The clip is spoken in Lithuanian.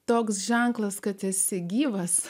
toks ženklas kad esi gyvas